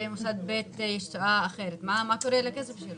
ובמוסד ב' יש תשואה אחרת מה קורה לכסף שלו?